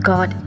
God